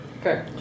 Okay